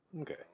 Okay